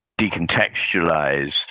decontextualized